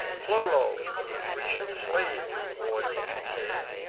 pholoe, the cretan slave, rewards his care,